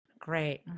Great